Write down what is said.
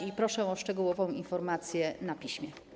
I proszę o szczegółową informację na piśmie.